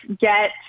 get